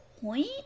point